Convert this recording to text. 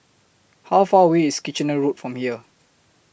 How Far away IS Kitchener Road from here